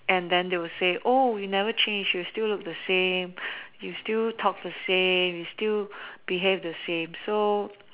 and then they will say oh you never change you still look the same you still talk the same you still behave the same so